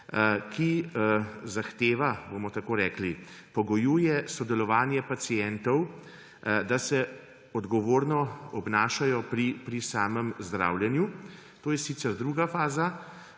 ki zahteva, bomo tako rekli, pogojuje sodelovanje pacientov, da se odgovorno obnašajo pri zdravljenju. To je sicer druga faza.